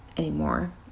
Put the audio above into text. anymore